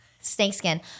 snakeskin